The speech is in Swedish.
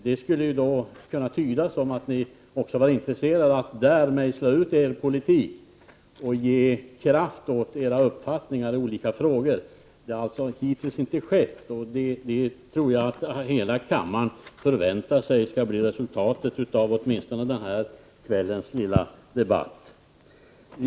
Det kunde tydas som att ni är intresserade av att i utskotten mejsla ut er politik och ge kraft åt era uppfattningar i olika frågor. Så har hittills inte skett, men jag tror att kammaren förväntar sig ett sådant resultat, åtminstone av den här kvällens lilla debatt.